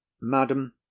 madam